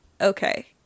Okay